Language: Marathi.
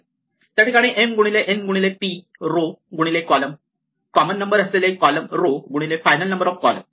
त्या ठिकाणी m गुणिले n गुणिले p रो गुणिले कॉलम कॉमन नंबर असले कॉलम रो गुणिले फायनल नंबर ऑफ कॉलम